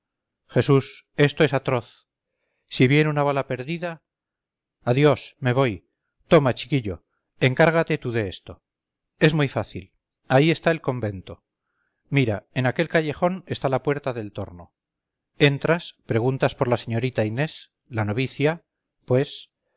jesús esto es atroz si viene una bala perdida adiós me voy toma chiquillo encárgatetú de esto es muy fácil ahí está el convento mira en aquel callejón está la puerta del torno entras preguntas por la señorita inés la novicia pues